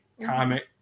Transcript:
comic